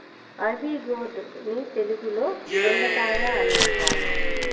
ivy gourd ని తెలుగులో దొండకాయ అని అంటారు